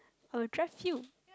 I'll drive you